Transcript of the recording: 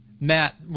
Matt